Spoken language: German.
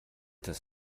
das